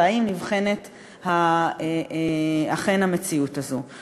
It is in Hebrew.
ואם אכן נבחנת המציאות הזאת.